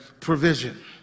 provision